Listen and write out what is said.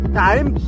time